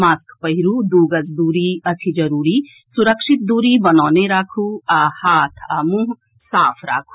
mask पहिरू दू गज दूरी अछि जरूरी सुरक्षित दूरी बनौने राखू आ हाथ आ मुंह साफ राखू